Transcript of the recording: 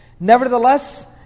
Nevertheless